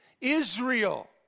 Israel